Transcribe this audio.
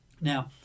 Now